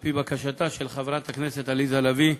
על-פי בקשתה של חברת הכנסת עליזה לביא,